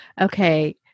okay